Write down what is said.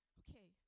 okay